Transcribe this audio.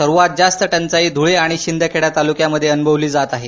सर्वात जास्त टंचाई ध्वळे आणि शिंदखेडा तालुक्यांमध्ये अनुभवली जात आहे